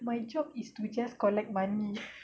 my job is to just collect money